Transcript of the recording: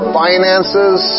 finances